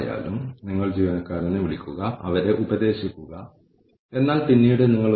അതിനാൽ ഓർഗനൈസേഷനുമായുള്ള അവരുടെ ബന്ധം പണത്തിന്റെ കാര്യത്തിൽ മാത്രമാണ്